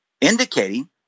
indicating